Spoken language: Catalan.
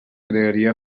crearia